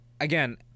again